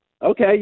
Okay